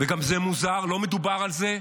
וגם זה מוזר, לא מדובר על זה,